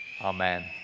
Amen